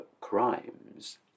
crimes